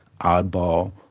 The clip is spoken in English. oddball